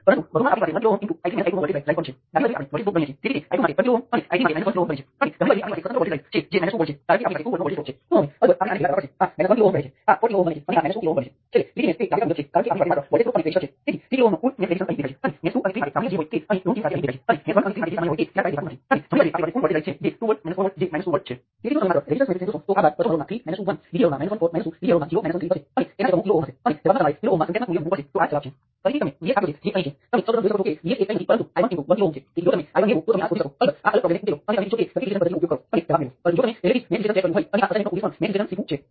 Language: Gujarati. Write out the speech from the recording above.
અને એ જ રીતે જો આપણી પાસે ઇન્ડિપેન્ડન્ટ સોર્સ રેઝિસ્ટર અને કંટ્રોલ સોર્સ હોય તો તે રેઝિસ્ટન્સ સાથે વોલ્ટેજ સોર્સ અને સિરિઝ ધરાવવા ઇક્વિવેલન્ટ છે જે રેઝિસ્ટન્સ સાથે પેરેલલ કરંટ સોર્સ ઇક્વિવેલન્ટ છે